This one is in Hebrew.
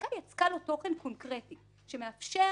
הפסיקה יצקה לו תוכן קונקרטי שהיום מאפשר